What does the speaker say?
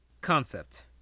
Concept